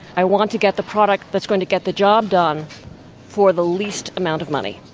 i want to get the product that's going to get the job done for the least amount of money.